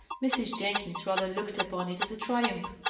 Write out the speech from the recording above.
mrs. jenkins rather looked upon it as a triumph.